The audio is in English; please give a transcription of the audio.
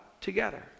together